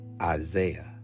Isaiah